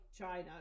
China